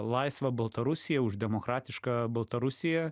laisvą baltarusiją už demokratišką baltarusiją